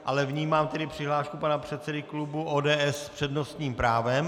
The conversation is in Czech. Ale vnímám přihlášku pana předsedy klubu ODS s přednostním právem.